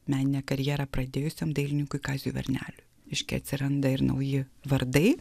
meninę karjerą pradėjusiam dailininkui kaziui varneliui reiškia atsiranda ir nauji vardai